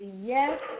Yes